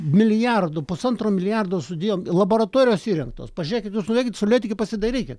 milijardo pusantro milijardo sudėjom ir laboratorijos įrengtos pažiūrėkit jūs nuveikit sualėtekį pasidairykit